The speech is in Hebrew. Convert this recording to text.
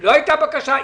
לא הייתה בקשה?